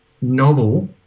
novel